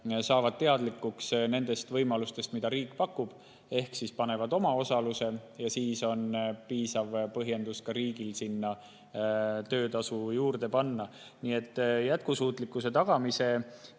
rohkem teadlikuks nendest võimalustest, mida riik pakub, ehk panustavad omaosalusega, siis on piisav põhjus ka riigil sinna töötasu juurde panna. Jätkusuutlikkuse tagamine